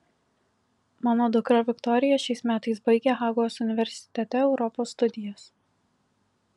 mano dukra viktorija šiais metais baigia hagos universitete europos studijas